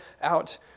out